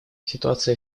ситуация